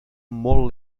molt